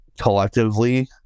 collectively